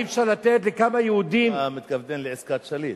אי-אפשר לתת לכמה יהודים, אתה מתכוון לעסקת שליט.